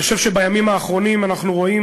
אני חושב שבימים האחרונים אנחנו רואים,